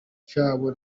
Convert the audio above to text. cyabo